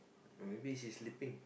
or maybe she's sleeping